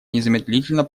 незамедлительно